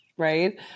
right